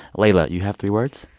leila, you have three words?